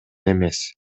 эмес